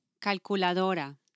Calculadora